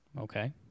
Okay